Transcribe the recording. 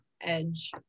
edge